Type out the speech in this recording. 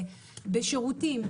בשירותים,